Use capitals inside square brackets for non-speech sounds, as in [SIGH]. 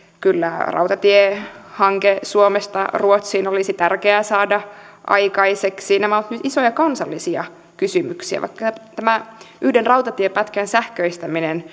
kyllä rautatiehanke suomesta ruotsiin olisi tärkeä saada aikaiseksi nämä ovat myös isoja kansallisia kysymyksiä vaikka tämä yhden rautatiepätkän sähköistäminen [UNINTELLIGIBLE]